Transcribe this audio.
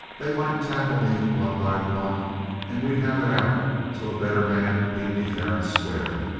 they might tackle me one by one and we'd have it out till a better man beat me fair and square.